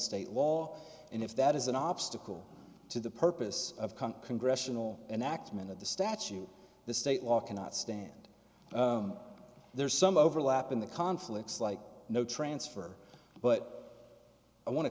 state law and if that is an obstacle to the purpose of cunt congressional enactment of the statute the state law cannot stand there's some overlap in the conflicts like no transfer but i want to